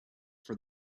for